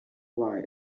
why